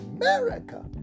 America